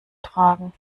tragen